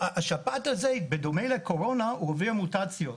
השפעת הזו בדומה לקורונה מובילה למוטציות,